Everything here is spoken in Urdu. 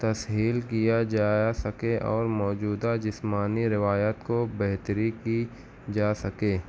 تسہیل کیا جایا سکے اور موجودہ جسمانی روایات کو بہتری کی جا سکے